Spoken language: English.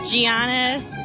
Giannis